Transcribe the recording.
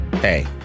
Hey